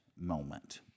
moment